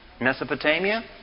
Mesopotamia